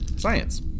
science